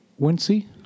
Wincy